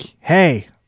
hey